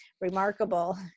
remarkable